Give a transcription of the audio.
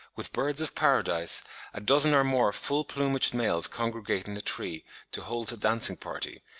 with birds of paradise a dozen or more full-plumaged males congregate in a tree to hold a dancing-party,